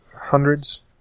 hundreds